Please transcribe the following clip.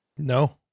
No